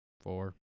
four